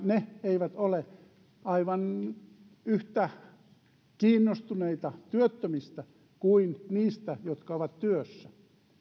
ne eivät ole aivan yhtä kiinnostuneita työttömistä kuin niistä jotka ovat työssä